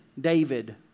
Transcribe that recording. David